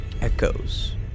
echoes